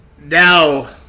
now